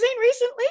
recently